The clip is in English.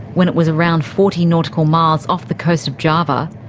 when it was around forty nautical miles off the cost of java,